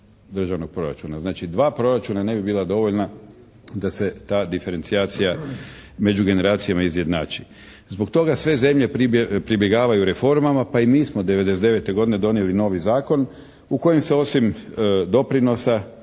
državnog proračuna. Znači dva proračuna ne bi bila dovoljna da se ta diferencijacija među generacijama izjednači. Zbog toga sve zemlje pribjegavaju reformama pa i mi smo 1999. godine donijeli novi Zakon u kojem se osim doprinosa